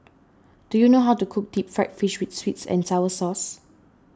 do you know how to cook Deep Fried Fish with Sweet and Sour Sauce